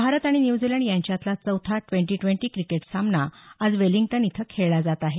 भारत आणि न्यूझीलँड यांच्यातला चौथा ट्वेंटी ड्वेंटी क्रिकेट सामना आज वेलिंग्टन इथं खेळला जात आहे